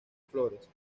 flores